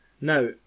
Now